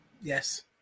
Yes